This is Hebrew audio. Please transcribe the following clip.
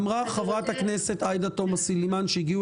אמרה חברת הכנסת עאידה תומא סלימאן שהגיעו